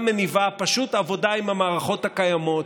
מניבה פשוט עבודה עם המערכות הקיימות,